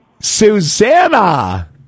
Susanna